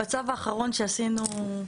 בצו האחרון שעשינו.